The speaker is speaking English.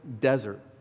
desert